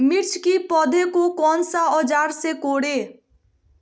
मिर्च की पौधे को कौन सा औजार से कोरे?